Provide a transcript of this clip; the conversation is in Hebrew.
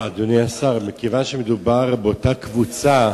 אדוני השר, מכיוון שמדובר באותה קבוצה